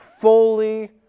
fully